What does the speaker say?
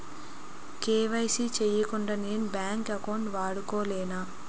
KYC చేయకుండా నేను bank account వాడుకొలేన?